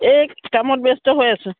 এই কামত ব্যস্ত হৈ আছো